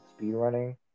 speedrunning